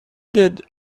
did